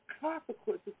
consequences